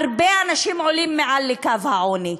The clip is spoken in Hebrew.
הרבה אנשים עולים מעל לקו העוני.